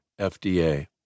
FDA